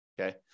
Okay